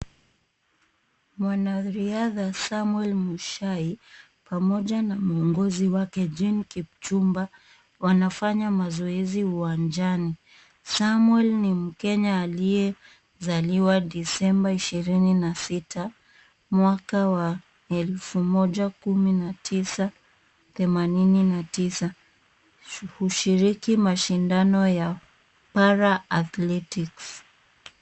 Mwanariadha Samuel Mushai pamoja na mwongozi wake Jane Kipchumba wanafanya mazoezi uwanjani. Samuel ni mkenya aliyezaliwa 26th Dec 1989. Hushiriki mashindano ya Para Athletics.